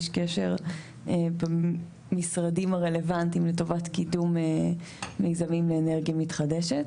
איש קשר במשרדים הרלוונטיים לטובת קידום מיזמים לאנרגיה מתחדשת.